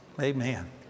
Amen